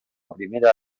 primera